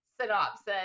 synopsis